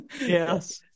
Yes